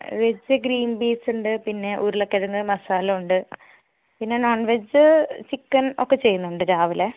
veg green peas ഉണ്ട് പിന്നെ ഉരുളകിഴങ്ങ് മസാല ഉണ്ട് പിന്നെ നോൺ വെജ് ചിക്കൻ ഒക്കെ ചെയ്യുന്നുണ്ട് രാവിലെ